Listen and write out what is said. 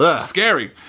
Scary